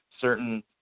certain